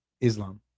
Islam